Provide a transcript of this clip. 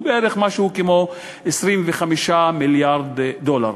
בערך משהו כמו 25 מיליארד דולר.